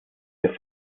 der